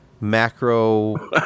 macro